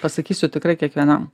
pasakysiu tikrai kiekvienam